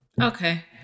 Okay